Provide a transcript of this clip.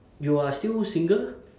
you are still single